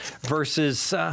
versus